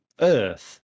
earth